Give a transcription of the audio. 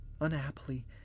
unhappily